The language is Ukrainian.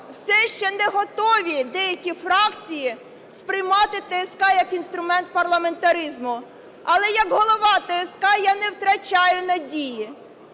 все ще не готові деякі фракції сприймати ТСК як інструмент парламентаризму, але як голова ТСК я не втрачаю надії.